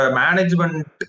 management